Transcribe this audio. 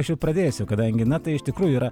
aš jau pradėsiu kadangi na tai iš tikrųjų yra